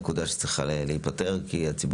זה נקודה שצריכה להיפתר כי הציבור